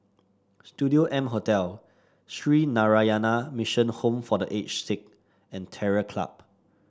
Studio M Hotel Sree Narayana Mission Home for The Aged Sick and Terror Club